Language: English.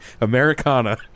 Americana